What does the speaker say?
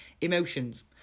emotions